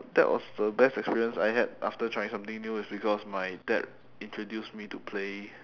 that was the best experience I had after trying something new is because my dad introduced me to play